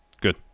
Good